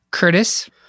Curtis